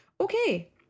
Okay